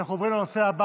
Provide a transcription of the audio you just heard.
האנשים הכי אלימים,